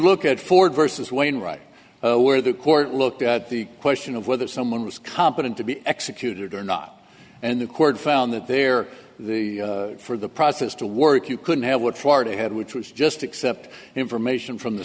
look at ford versus wainwright where the court looked at the question of whether someone was competent to be executed or not and the court found that there for the process to work you could have what florida had which was just accept information from the